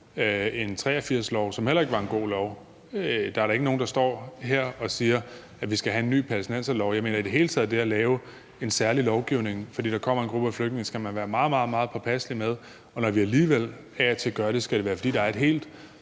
1983, som heller ikke var en god lov. Der er da ikke nogen, der står her og siger, at vi skal have en ny palæstinenserlov. Jeg mener i det hele taget, at det at lave en særlig lovgivning, fordi der kommer en gruppe af flygtninge, skal man være meget, meget påpasselig med. Og når vi alligevel af og til gør det, skal det være, fordi der er et helt